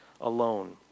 alone